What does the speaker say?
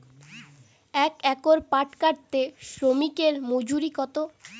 এক একর পাট কাটতে শ্রমিকের মজুরি কত?